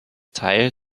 teil